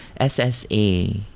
SSA